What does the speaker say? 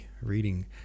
reading